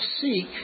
seek